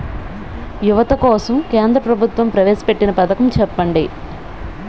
యువత కోసం కేంద్ర ప్రభుత్వం ప్రవేశ పెట్టిన పథకం చెప్పండి?